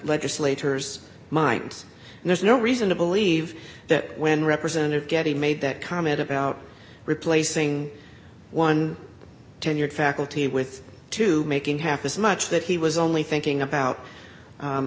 legislators minds and there's no reason to believe that when represented getting made that comment about replacing one tenured faculty with two making half as much that he was only thinking about